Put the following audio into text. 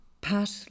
Pat